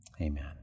Amen